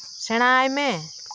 ᱥᱮᱬᱟᱭ ᱢᱮ